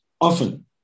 often